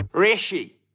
Rishi